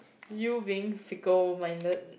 you being fickle minded